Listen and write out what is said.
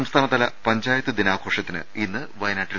സംസ്ഥാനതതല പഞ്ചായത്ത് ദിനാഘോഷത്തിന് ഇന്ന് വയനാട്ടിൽ